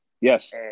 yes